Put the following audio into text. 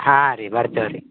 ಹಾಂ ರಿ ಬರ್ತೇವೆ ರಿ